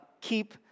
Keep